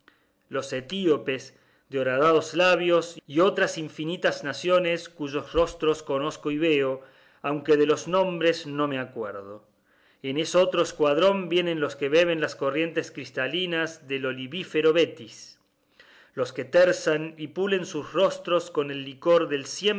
los etiopes de horadados labios y otras infinitas naciones cuyos rostros conozco y veo aunque de los nombres no me acuerdo en estotro escuadrón vienen los que beben las corrientes cristalinas del olivífero betis los que tersan y pulen sus rostros con el licor del